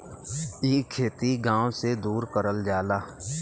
इ खेती गाव से दूर करल जाला